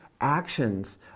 actions